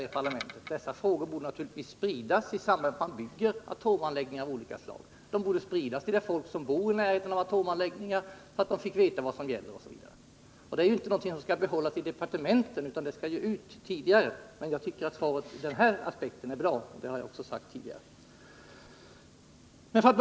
Information i dessa frågor borde naturligtvis spridas i samband med att man bygger atomanläggningar av olika slag, så att de människor som bor i närheten av dessa fick veta vad som gäller osv. Det är ju inte någonting som skall behållas inom departementet, utan det skall ut på ett tidigare stadium. Svaret ur den aspekten är alltså bra, och det har jag också tidigare sagt.